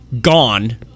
gone